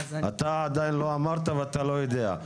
אתה עדיין לא אמרת ואתה לא יודע.